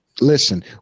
listen